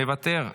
מוותר.